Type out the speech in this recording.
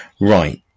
Right